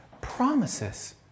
promises